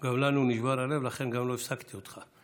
גם לנו נשבר הלב, לכן גם לא הפסקתי אותך.